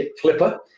clipper